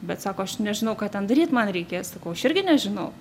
bet sako aš nežinau ką ten daryt man reikės sakau aš irgi nežinau